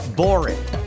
boring